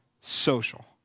social